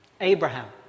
Abraham